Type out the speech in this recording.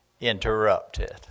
interrupted